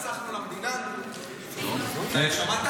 נרשם כי חבר הכנסת